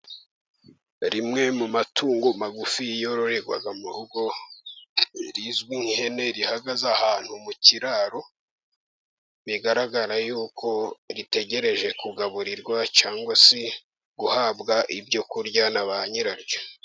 Rimwe mu matungo magufi yororerwa mu rugo rizwi nk'ihene, rihagaze ahantu mu kiraro, bigaragara yuko ritegereje kugaburirwa cyangwa se guhabwa ibyo kurya na ba nyiraryo.